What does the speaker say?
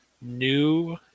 new